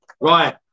Right